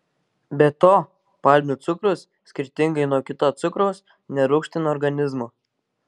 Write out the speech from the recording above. be to palmių cukrus skirtingai nuo kito cukraus nerūgština organizmo